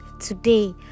today